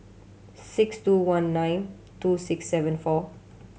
six two one nine two six seven four